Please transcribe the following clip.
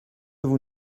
vous